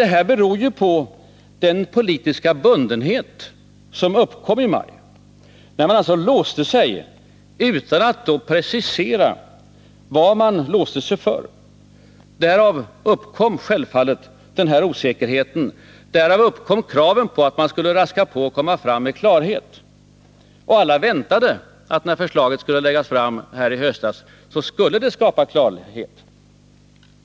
Men detta beror ju på den politiska bundenhet som uppkom i maj, när man låste sig, utan att precisera vad man låste sig för. Därav uppkom självfallet den här osäkerheten. Därav uppkom kraven på att man skulle raska på och åstadkomma klarhet. Alla väntade sig att när förslaget skulle läggas fram i höstas, så skulle det skapa klarhet.